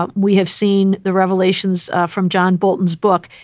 but we have seen the revelations from john bolton's book.